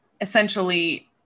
essentially